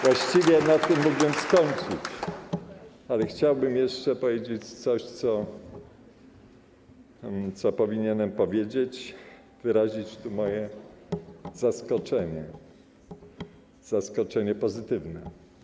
Właściwie na tym mógłbym skończyć, ale chciałbym jeszcze powiedzieć coś, co powinienem powiedzieć, wyrazić moje zaskoczenie, zaskoczenie pozytywne.